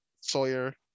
Sawyer